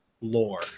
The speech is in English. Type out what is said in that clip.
lore